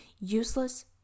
Useless